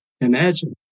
imagine